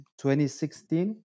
2016